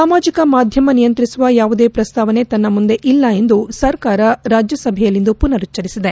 ಸಾಮಾಜಿಕ ಮಾಧ್ವಮ ನಿಯಂತ್ರಿಸುವ ಯಾವುದೇ ಪ್ರಸ್ತಾವನೆ ತನ್ನ ಮುಂದೆ ಇಲ್ಲ ಎಂದು ಸರ್ಕಾರ ರಾಜ್ಯಸಭೆಯಲ್ಲಿಂದು ಪುನರುಚ್ಚರಿಸಿದೆ